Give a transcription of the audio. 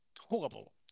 Horrible